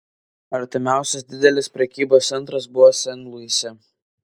artimiausias didelis prekybos centras buvo sen luise